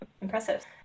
Impressive